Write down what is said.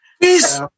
Please